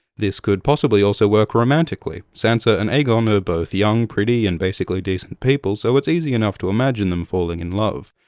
this could possibly also work romantically sansa and aegon are both young, pretty, and basically decent people, so it's easy enough to imagine imagine them falling in love.